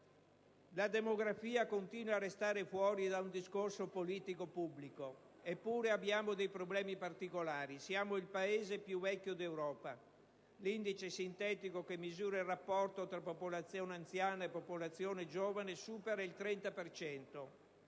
La demografia continua a restare fuori da un discorso politico pubblico. Eppure abbiamo dei problemi particolari: siamo il Paese più vecchio d'Europa; l'indice sintetico che misura il rapporto tra popolazione anziana e popolazione giovane supera il 30